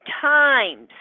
times